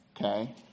okay